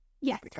yes